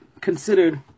considered